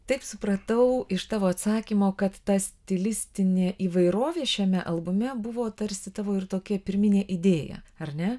taip supratau iš tavo atsakymo kad ta stilistinė įvairovė šiame albume buvo tarsi tavo ir tokia pirminė idėja ar ne